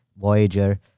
Voyager